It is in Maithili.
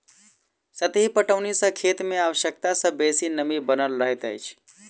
सतही पटौनी सॅ खेत मे आवश्यकता सॅ बेसी नमी बनल रहैत अछि